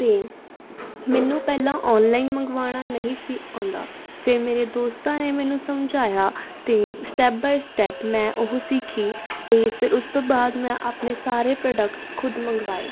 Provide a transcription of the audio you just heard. ਅਤੇ ਮੈਨੂੰ ਪਹਿਲਾਂ ਔਨਲਾਈਨ ਮੰਗਵਾਉਣਾ ਨਹੀਂ ਸੀ ਆਉਂਦਾ ਫਿਰ ਮੇਰੇ ਦੋਸਤਾਂ ਨੇ ਮੈਨੂੰ ਸਮਝਾਇਆ ਅਤੇ ਸਟੈਪ ਬਾਏ ਸਟੈਪ ਮੈਂ ਉਹ ਸਿੱਖੀ ਅਤੇ ਫਿਰ ਉਸ ਤੋਂ ਬਾਅਦ ਮੈਂ ਆਪਣੇ ਸਾਰੇ ਪ੍ਰੋਡਕਟਸ ਖੁਦ ਮੰਗਵਾਏ